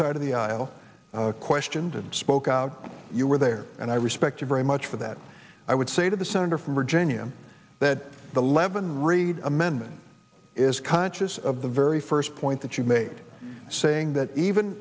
side of the aisle questioned and spoke out you were there and i respect you very much for that i would say to the senator from virginia that the levin reid amendment is conscious of the very first point that you made saying that even